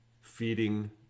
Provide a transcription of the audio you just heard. feeding